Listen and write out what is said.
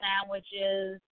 sandwiches